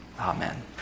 Amen